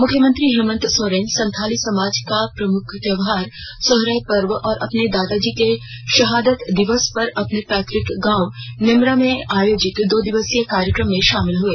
मुख्यमंत्री हेमंत सोरेन संथाली समाज का प्रमुख त्योहार सोहराय पर्व और अपने दादा जी के शहादत दिवस पर अपने पैतुक गांव नेमरा में आयोजित दो दिवसीय कार्यक्रम में शामिल हुए